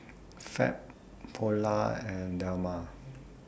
Fab Polar and Dilmah